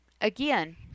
Again